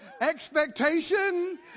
expectation